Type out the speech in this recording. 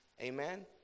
Amen